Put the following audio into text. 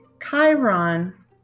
Chiron